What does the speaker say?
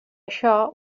això